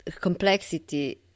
complexity